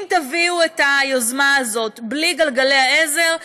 אם תביאו את היוזמה הזאת בלי גלגלי העזר,